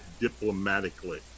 diplomatically